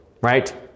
right